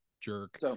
jerk –